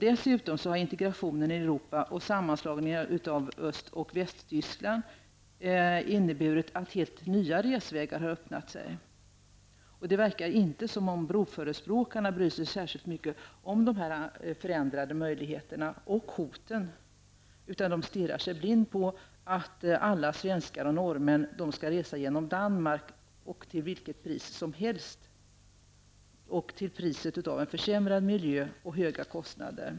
Dessutom har integrationen i Europa och sammanslagningen av Öst och Västtyskland inneburit att helt nya resvägar har öppnat sig. Det verkar inte som om broförespråkarna bryr sig särskilt mycket om de förändrade möjligheterna och hoten. De stirrar sig blinda på att alla svenskar och norrmän skall resa genom Danmark till vilket pris som helst, till priset av en försämrad miljö och höga kostnader.